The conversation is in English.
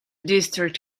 district